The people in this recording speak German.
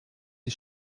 die